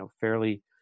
fairly